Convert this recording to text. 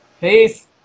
Peace